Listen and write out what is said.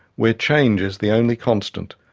where change is the only constant.